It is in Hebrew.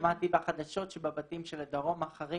שמעתי בחדשות שבבתים של הדרום אחרי